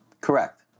Correct